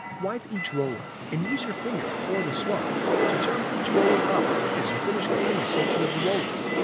wipe each roller and use your finger or the swab to turn each roller up as you finish cleaning a section of the roller.